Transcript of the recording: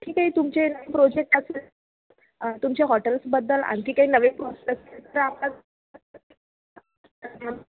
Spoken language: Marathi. ठीक आहे तुमचे नवीन प्रोजेक्ट असतील तुमचे हॉटेल्सबद्दल आणखी काही नवे प्रॉस्पेक्ट तर